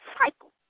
cycle